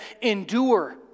endure